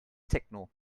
techno